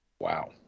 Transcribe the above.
Wow